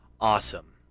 Awesome